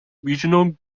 regional